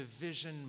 division